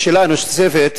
שאלה נוספת,